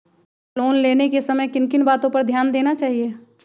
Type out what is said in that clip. Loan लेने के समय किन किन वातो पर ध्यान देना चाहिए?